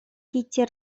кити